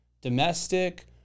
domestic